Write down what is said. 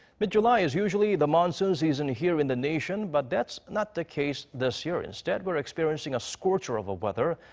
mid-july is usually the monsoon season here in the nation. but that's not the case this year. instead we're experiencing a scorcher of a weather.